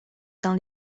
dans